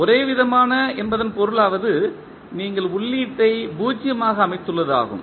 ஒரேவிதமான என்பதன் பொருள் ஆவது நீங்கள் உள்ளீட்டை 0 ஆக அமைத்துள்ளது ஆகும்